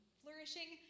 flourishing